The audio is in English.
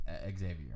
Xavier